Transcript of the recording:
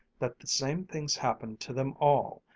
that the same things happened to them all,